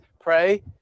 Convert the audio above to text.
pray